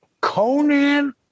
Conan